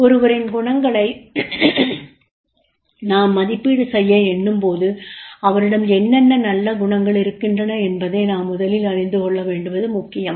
ஒருவரின் குணங்களை நாம் மதிப்பீடு செய்ய எண்ணும் போது அவரிடம் என்னென்ன நல்ல குணங்கள் இருக்கின்றன என்பதை நாம் முதலில் அறிந்து கொள்ளவேண்டுவது முக்கியம்